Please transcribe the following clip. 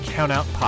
Countout